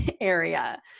area